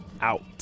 out